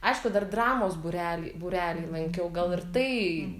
aišku dar dramos būrelį būrelį lankiau gal ir tai